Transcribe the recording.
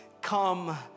come